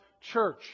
church